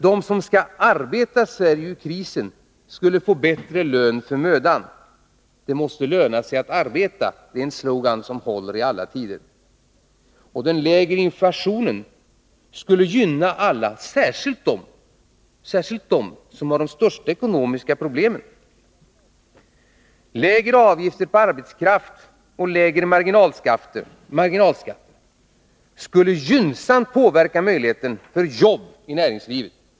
De som skall arbeta Sverige ur krisen skulle få bättre lön för mödan. Det måste löna sig att arbeta — det är en slogan som håller i alla tider. Den lägre inflationen skulle gynna alla, särskilt dem som har de största ekonomiska problemen. De lägre avgifterna på arbetskraften och lägre marginalskatter skulle gynnsamt påverka möjligheten för jobb i näringslivet.